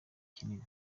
kinini